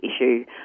issue